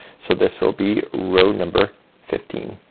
so this will be row number fifteen.